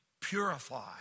Purify